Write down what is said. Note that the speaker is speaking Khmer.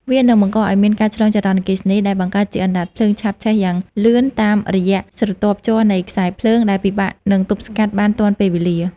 វានឹងបង្កឱ្យមានការឆ្លងចរន្តអគ្គិសនីដែលបង្កើតជាអណ្ដាតភ្លើងឆាបឆេះយ៉ាងលឿនតាមរយៈស្រទាប់ជ័រនៃខ្សែភ្លើង ដែលពិបាកនឹងទប់ស្កាត់បានទាន់ពេលវេលា។